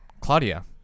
Claudia